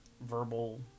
verbal